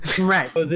Right